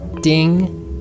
Ding